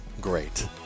great